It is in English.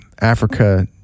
Africa